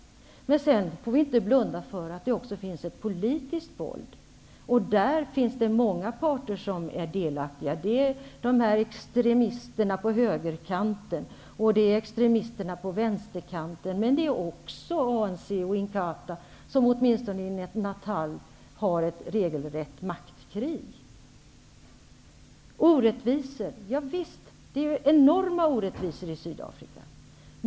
Men vi får inte blunda för att det också finns ett politiskt våld, i vilket många parter är delaktiga. Det är fråga om extremister på högerkanten och på vänsterkanten, men också om ANC och Inkatha, som åtminstone i Natal bedriver ett regelrätt maktkrig mot varandra. Vad gäller orättvisorna vill jag säga: Javisst, det är enorma orättvisor i Sydafrika.